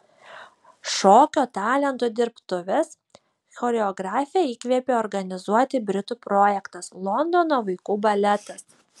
šokio talentų dirbtuves choreografę įkvėpė organizuoti britų projektas londono vaikų baletas